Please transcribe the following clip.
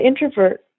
introvert